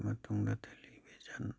ꯃꯇꯨꯡꯗ ꯇꯦꯂꯤꯕꯤꯖꯟ